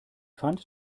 fand